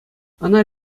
ӑна